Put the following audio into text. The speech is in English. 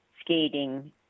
skating